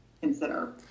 consider